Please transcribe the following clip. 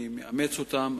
אני מאמץ אותם.